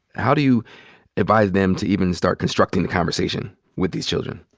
how do you advise them to even start constructing the conversation with these children?